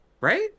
Right